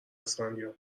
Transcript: اسفندیار